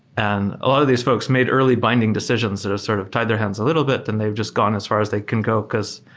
and a lot of these folks made early binding decisions that have sort of tied their hands a little bit and they've just gone as far as they can go, because